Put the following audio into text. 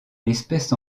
l’espèce